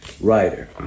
writer